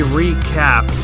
recap